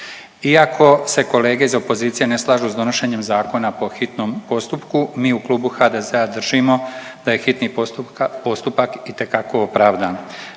Iako se kolege iz opozicije ne slažu s donošenjem zakona po hitnom postupku mi u Klubu HDZ-a držimo da je hitni postupak itekako opravdan.